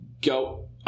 go